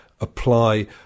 apply